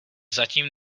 zatím